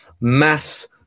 mass